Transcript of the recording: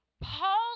Paul